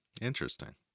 Interesting